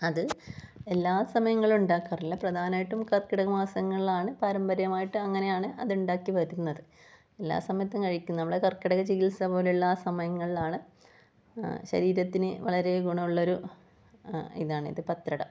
അത് എല്ലാ സമയങ്ങളിലും ഉണ്ടാക്കാറില്ല പ്രധാനമായിട്ടും കർക്കിടക മാസങ്ങളിലാണ് പാരമ്പര്യമായിട്ട് അങ്ങനെയാണ് അത് ഉണ്ടാക്കി വരുന്നത് എല്ലാ സമയത്തും കഴിക്കും നമ്മുടെ കർക്കിടക ചികിത്സ പോലെയുള്ള ആ സമയങ്ങളിലാണ് ശരീരത്തിന് വളരെ ഗുണമുള്ളൊരു ഇതാണ് ഇത് പത്രട